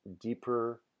deeper